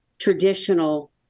traditional